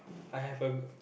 I have a